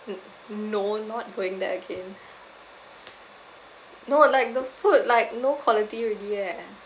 n~ no not going there again no like the food like no quality already eh